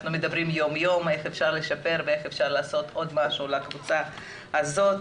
אנחנו מדברים יום-יום כיצד אפשר לשפר ולעשות עוד משהו לקבוצה הזאת.